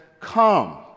come